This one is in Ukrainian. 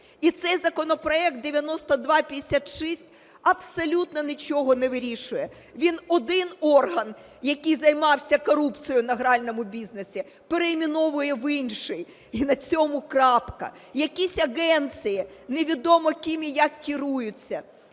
І цей законопроект 9256 абсолютно нічого не вирішує, він один орган, який займався корупцією на гральному бізнесі, перейменовує в інший, і на цьому крапка, якісь агенції, невідомо ким і як керуються.